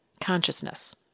consciousness